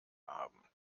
haben